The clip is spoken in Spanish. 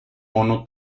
mono